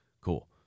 cool